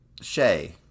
Shay